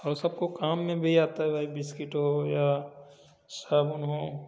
और सबको काम में भी आता है भाई बिस्किट हो या साबुन हो